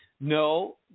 No